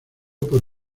por